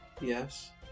Yes